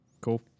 cool